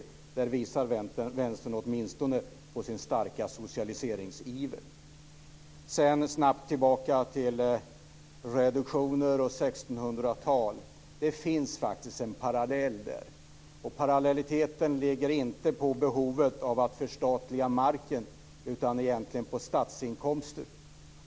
I det fallet visar Vänstern åtminstone på sin starka socialiseringsiver. Sedan ska jag snabbt gå tillbaka till reduktioner och 1600-talet. Det finns faktiskt en parallell. Parallelliteten ligger inte på behovet av att förstatliga marken, utan det handlar egentligen om statsinkomster.